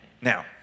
now